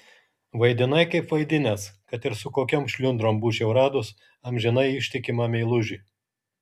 vaidinai kaip vaidinęs kad ir su kokiom šliundrom būčiau radus amžinai ištikimą meilužį